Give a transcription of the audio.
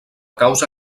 causa